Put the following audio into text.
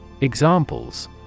Examples